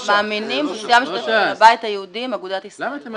מאמינים זו סיעה משותפת של הבית היהודי עם אגודת ישראל.